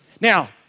Now